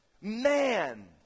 man